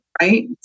right